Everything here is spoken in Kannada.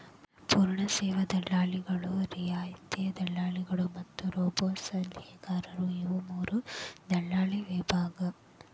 ಪೂರ್ಣ ಸೇವಾ ದಲ್ಲಾಳಿಗಳು, ರಿಯಾಯಿತಿ ದಲ್ಲಾಳಿಗಳು ಮತ್ತ ರೋಬೋಸಲಹೆಗಾರರು ಇವು ಮೂರೂ ದಲ್ಲಾಳಿ ವಿಧಗಳ